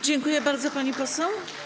Dziękuję bardzo, pani poseł.